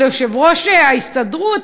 שיושב-ראש ההסתדרות,